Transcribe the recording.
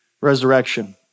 resurrection